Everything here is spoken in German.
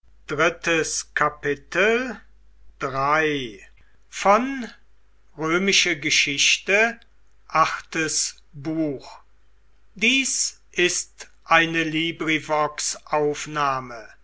sind ist eine